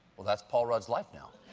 well, that's paul rudd's life now.